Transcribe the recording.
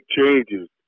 changes